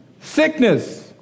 Sickness